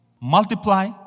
Multiply